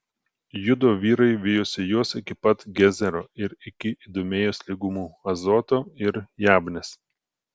judo vyrai vijosi juos iki pat gezero ir iki idumėjos lygumų azoto ir jabnės